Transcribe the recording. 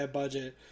budget